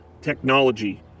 technology